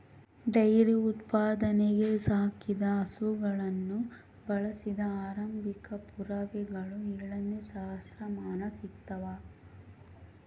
dairy ಉತ್ಪಾದನೆಗೆ ಸಾಕಿದ ಹಸುಗಳನ್ನು ಬಳಸಿದ ಆರಂಭಿಕ ಪುರಾವೆಗಳು ಏಳನೇ ಸಹಸ್ರಮಾನ ಸಿಗ್ತವ